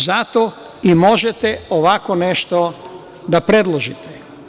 Zato i možete ovako nešto da predložite.